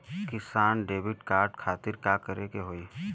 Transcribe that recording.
किसान credit card खातिर का करे के होई?